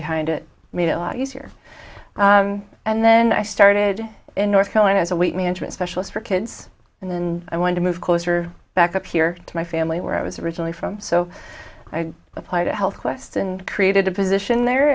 behind it made it a lot easier and then i started in north carolina as a week me entrance specialist for kids and then i wanted to move closer back up here to my family where i was originally from so i acquired a health quest and created a position there